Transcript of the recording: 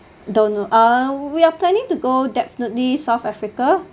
don't know uh we are planning to go definitely south africa